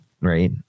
right